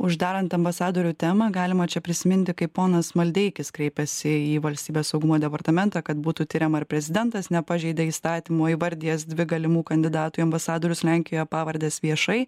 uždarant ambasadorių temą galima čia prisiminti kaip ponas maldeikis kreipėsi į valstybės saugumo departamentą kad būtų tiriama ar prezidentas nepažeidė įstatymo įvardijęs dvi galimų kandidatų į ambasadorius lenkijoje pavardes viešai